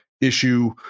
issue